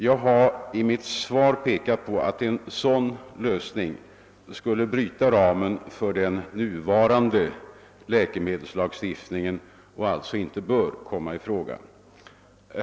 Jag har i mitt svar pekat på att en sådan lösning skulle bryta ramen för den nuvarande läkemedelslagstiftningen och alltså inte bör komma i fråga.